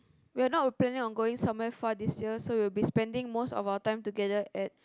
we're not planning on going somewhere far this year so we will be spending most of our time together at